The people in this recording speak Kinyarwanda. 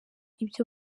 ibyo